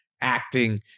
acting